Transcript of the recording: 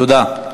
תודה.